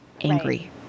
angry